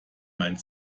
meint